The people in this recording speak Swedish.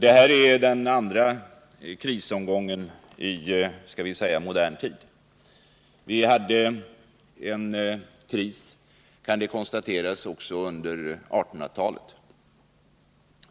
Det här är den andra krisomgången för Värmlands del om vi talar om modern tid, och den tredje om vi konstaterar att vi hade en kris också under 1800-talet.